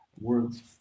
words